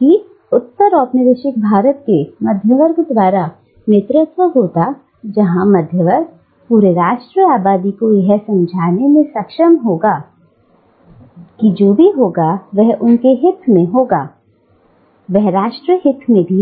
की उत्तर औपनिवेशिक भारत में मध्यमवर्ग द्वारा नेतृत्व होता जहां मध्यवर्ग पूरे राष्ट्र आबादी को यह समझाने में सक्षम होता कि जो भी उनके हित का काम होता है वह राष्ट्रहित का भी है